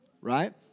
right